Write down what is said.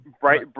Bright